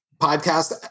podcast